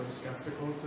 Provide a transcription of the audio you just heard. skeptical